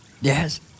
Yes